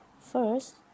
First